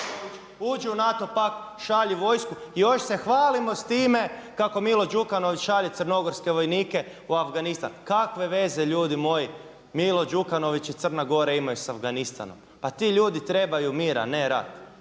uđi u NATO pak, šalji vojsku i još se hvalimo s time kako Milo Đukanović šalje crnogorske vojnike u Afganistan. Kakve veze ljudi moji Milo Đukanović i Crna Gora imaju sa Afganistanom? Pa ti ljudi trebaju mir a ne rat,